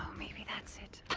maybe that's it.